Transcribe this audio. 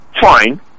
fine